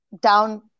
down